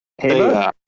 Hey